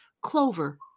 clover